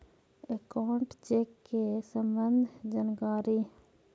Account check के सम्बन्ध जानकारी?